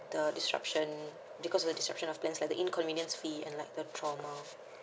the destruction because of the destruction of things like that the inconvenience fee like the trauma